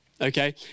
Okay